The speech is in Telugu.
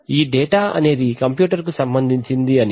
ఈ డేటా అనేది కంప్యూటర్ కు సంబంధించింది అని